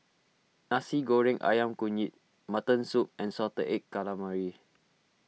Nasi Goreng Ayam Kunyit Mutton Soup and Salted Egg Calamari